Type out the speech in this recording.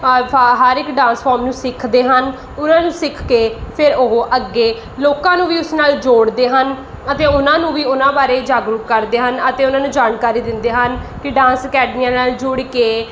ਹਰ ਇੱਕ dance form ਨੂੰ ਸਿੱਖਦੇ ਹਨ ਉਹਨਾਂ ਨੂੰ ਸਿੱਖ ਕੇ ਫਿਰ ਉਹ ਅੱਗੇ ਲੋਕਾਂ ਨੂੰ ਵੀ ਉਸ ਨਾਲ ਜੋੜਦੇ ਹਨ ਅਤੇ ਉਹਨਾਂ ਨੂੰ ਵੀ ਉਹਨਾਂ ਬਾਰੇ ਜਾਗਰੂਕ ਕਰਦੇ ਹਨ ਅਤੇ ਉਹਨਾਂ ਨੂੰ ਜਾਣਕਾਰੀ ਦਿੰਦੇ ਹਨ ਕਿ ਡਾਂਸ ਅਕੈਡਮੀਆਂ ਨਾਲ ਜੁੜ ਕੇ